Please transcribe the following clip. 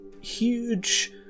huge